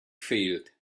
field